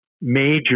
major